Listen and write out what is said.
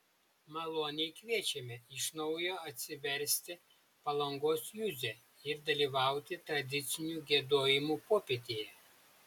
maloniai kviečiame iš naujo atsiversti palangos juzę ir dalyvauti tradicinių giedojimų popietėje